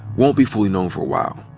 won't be fully known for a while.